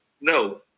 No